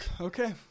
Okay